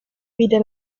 vide